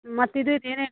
ಮತ್ತು ಇದು ಏನೇನು